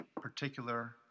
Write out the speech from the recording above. particular